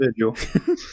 individual